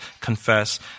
confess